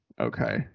okay